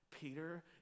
Peter